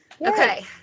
okay